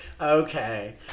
okay